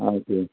okay